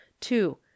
two